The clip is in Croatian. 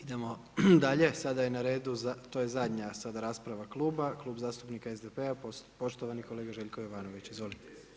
Idemo dalje, sada je na redu, to je zadnja sada rasprava kluba, Klub zastupnika SDP-a, poštovani kolega Željko Jovanović, izvolite.